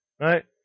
right